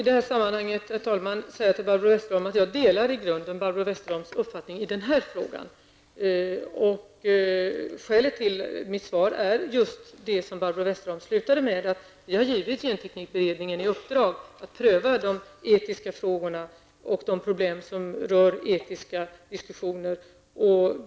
Herr talman! Jag delar i grunden Barbro Westerholms uppfattning i den här frågan. Skälet till mitt svar är just det som Barbro Westerholm slutade med, att vi har gett genteknikutredningen i uppdrag att pröva de etiska frågorna och de problem som rör etiska diskussioner.